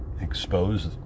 expose